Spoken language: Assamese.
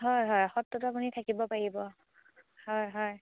হয় হয় সত্ৰতো আপুনি থাকিব পাৰিব হয় হয়